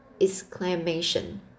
exclamation